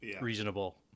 reasonable